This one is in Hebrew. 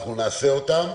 אנחנו נעשה זאת.